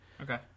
Okay